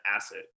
asset